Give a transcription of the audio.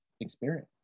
experience